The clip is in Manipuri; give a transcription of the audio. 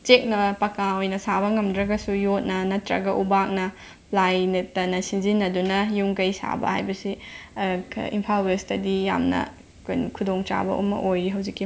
ꯆꯦꯛꯅ ꯄꯥꯀꯥ ꯑꯣꯏꯅ ꯁꯥꯕ ꯉꯝꯗ꯭ꯔꯒꯁꯨ ꯌꯣꯠꯅ ꯅꯠꯇ꯭ꯔꯒ ꯎꯕꯥꯛꯅ ꯄ꯭ꯂꯥꯏꯅ ꯇꯅ ꯁꯤꯟꯖꯤꯟꯅꯗꯨꯅ ꯌꯨꯝ ꯀꯩ ꯁꯥꯕ ꯍꯥꯏꯕꯁꯤ ꯏꯝꯐꯥꯜ ꯋꯦꯁꯇꯗꯤ ꯌꯥꯝꯅ ꯀꯩꯅꯣ ꯈꯨꯗꯣꯡꯆꯥꯕ ꯑꯃ ꯑꯣꯏꯌꯦ ꯍꯧꯖꯤꯛꯀꯤ ꯃꯇꯝꯁꯤꯗ